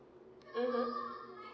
mmhmm